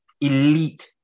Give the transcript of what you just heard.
elite